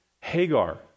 Hagar